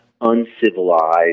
uncivilized